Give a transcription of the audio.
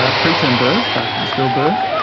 ah preterm birth after the stillbirth,